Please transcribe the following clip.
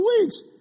weeks